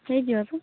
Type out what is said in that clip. ହେଇଯିବ ତ